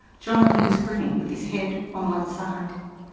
jonathan was grinning, with his head on one side.